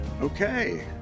Okay